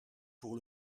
pour